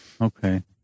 Okay